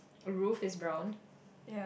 roof is brown